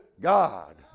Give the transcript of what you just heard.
God